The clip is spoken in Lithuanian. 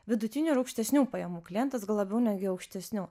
vidutinių ir aukštesnių pajamų klientas gal labiau netgi aukštesnių